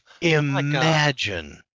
imagine